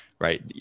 right